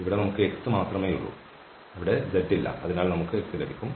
ഇവിടെ നമുക്ക് x മാത്രമേയുള്ളൂ അവിടെ z ഇല്ല അതിനാൽ നമുക്ക് x ലഭിക്കും